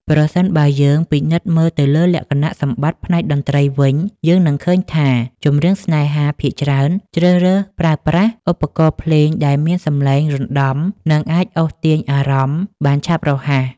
ប្រសិនបើយើងពិនិត្យមើលទៅលើលក្ខណៈសម្បត្តិផ្នែកតន្ត្រីវិញ យើងនឹងឃើញថា ចម្រៀងស្នេហា ភាគច្រើនជ្រើសរើសប្រើប្រាស់ឧបករណ៍ភ្លេងដែលមានសម្លេងរណ្ដំ និងអាចអូសទាញអារម្មណ៍បានឆាប់រហ័ស